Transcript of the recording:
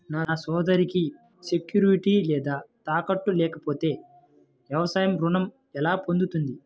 నా సోదరికి సెక్యూరిటీ లేదా తాకట్టు లేకపోతే వ్యవసాయ రుణం ఎలా పొందుతుంది?